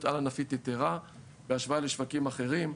על-ענפית יתרה בהשוואה לשווקים אחרים.